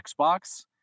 Xbox